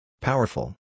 Powerful